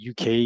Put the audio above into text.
UK